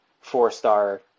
four-star